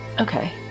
okay